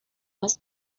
was